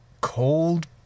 cold